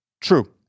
True